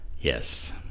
yes